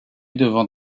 devant